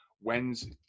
when's